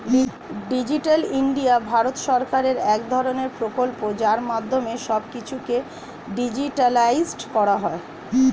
digital India ভারত সরকারের এক ধরণের প্রকল্প যার মাধ্যমে সব কিছুকে ডিজিটালাইসড করা হয়